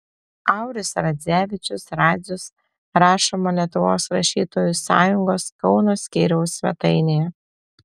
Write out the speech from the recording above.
auris radzevičius radzius rašoma lietuvos rašytojų sąjungos kauno skyriaus svetainėje